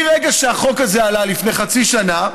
מהרגע שהחוק הזה עלה, לפני חצי שנה,